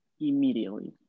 Immediately